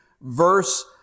verse